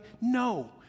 No